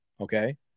Okay